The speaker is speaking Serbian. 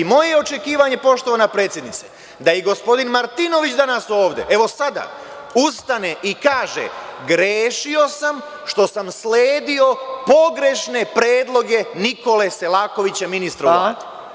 Moje je očekivanje, poštovana predsednice, da i gospodin Martinović danas ovde, evo sada, ustane i kaže – grešio sam što sam sledio pogrešne predloge Nikole Selakovića, ministra u Vladi.